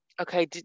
okay